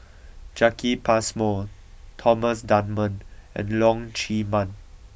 Jacki Passmore Thomas Dunman and Leong Chee Mun